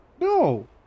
No